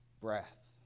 breath